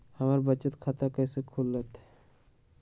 हमर बचत खाता कैसे खुलत?